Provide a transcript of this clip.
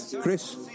Chris